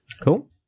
cool